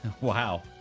Wow